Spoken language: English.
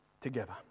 Together